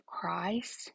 Christ